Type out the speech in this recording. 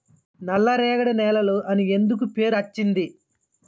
నల్లరేగడి నేలలు అని ఎందుకు పేరు అచ్చింది?